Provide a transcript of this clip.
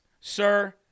Sir